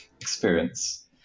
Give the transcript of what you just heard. experience